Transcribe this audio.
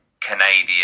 Canadian